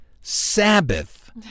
Sabbath